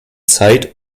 zeit